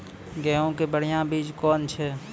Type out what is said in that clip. गेहूँ के बढ़िया बीज कौन छ?